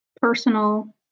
personal